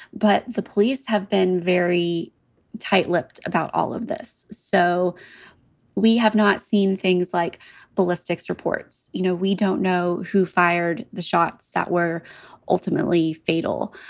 but the police have been very tight lipped about all of this. so we have not seen things like ballistics reports. you know, we don't know who fired the shots that were ultimately fatal.